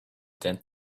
that